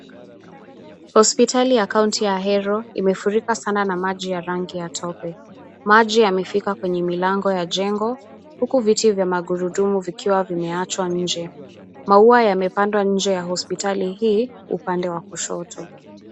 Hospitali ya county ya Ahero, imefurika sana na maji ya rangi ya tope. Maji yamefika kwenye milango ya jengo, huku viti vya magurudumu vikiwa vimeachwa nje. Maua yamepandwa nje ya hospitali hii upande wa kushoto.